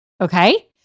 okay